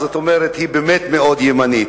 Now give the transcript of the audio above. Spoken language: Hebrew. אז זאת אומרת שהיא מאוד ימנית.